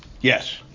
Yes